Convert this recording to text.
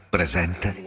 Presente